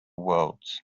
worlds